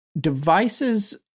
devices